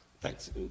thanks